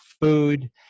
food